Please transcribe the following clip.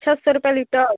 छः सौ रुपये लीटर